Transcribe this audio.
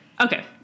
Okay